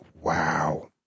wow